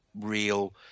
real